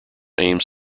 aims